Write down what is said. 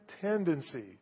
tendency